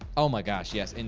oh my gosh yes, and